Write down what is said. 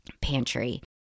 pantry